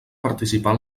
participar